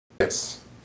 Yes